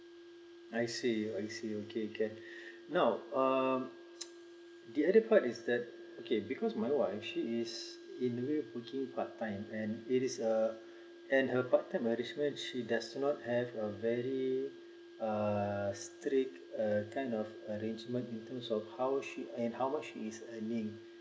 I see I see okay can now um the other part is that okay because my wife she's in a way working part time and it is uh and her part time management she does not have a very uh straight uh kind of arrangement in terms of how she and how much is earning